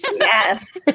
Yes